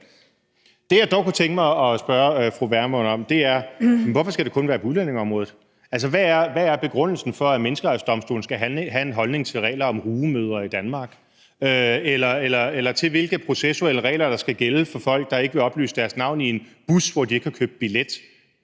Det, jeg dog kunne tænke mig at spørge fru Pernille Vermund om, er, hvorfor det kun skal være på udlændingeområdet. Altså, hvad er begrundelsen for, at Menneskerettighedsdomstolen skal have en holdning til regler om rugemødre i Danmark eller til, hvilke processuelle regler der skal gælde for folk, der ikke vil oplyse deres navn i en bus, hvor de ikke har købt billet?